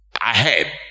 ahead